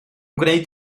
gwneud